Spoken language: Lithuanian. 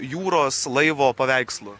jūros laivo paveikslu